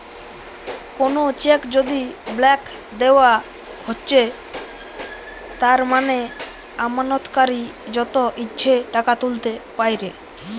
কোনো চেক যদি ব্ল্যাংক দেওয়া হৈছে তার মানে আমানতকারী যত ইচ্ছে টাকা তুলতে পাইরে